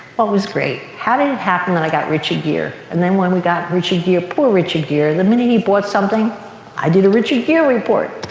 was great. how did it happen that i got richard gere and then when we got richard gere, poor richard gere, the minute he bought something i did a richard gere report.